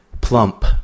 plump